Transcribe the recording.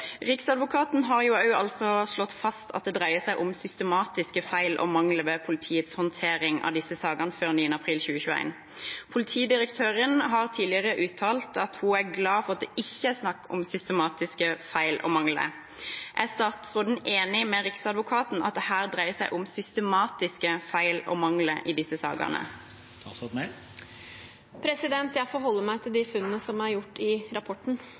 dreier seg om systematiske feil og mangler ved politiets håndtering av disse sakene før 9. april 2021. Politidirektøren har tidligere uttalt at hun er glad for at det ikke er snakk om systematiske feil og mangler. Er statsråden enig med riksadvokaten i at det dreier seg om systematisk feil og mangler i disse sakene? Jeg forholder meg til de funnene som er gjort i rapporten.